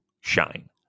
shine